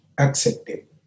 accepted